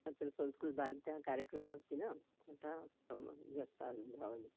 तत्र संस्कृतभारत्याः कार्यक्रमः अस्ति न अतः सं व्यस्ता भवामि